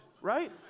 Right